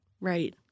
Right